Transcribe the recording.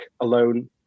alone